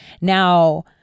Now